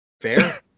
fair